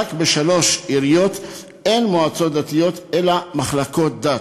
רק בשלוש עיריות אין מועצות דתיות אלא מחלקות דת,